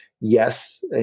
yes